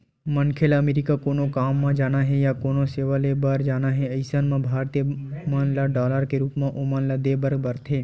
मनखे ल अमरीका कोनो काम म जाना हे या कोनो सेवा ले बर जाना हे अइसन म भारतीय मन ल डॉलर के रुप म ओमन ल देय बर परथे